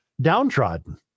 downtrodden